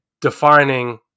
defining